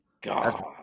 God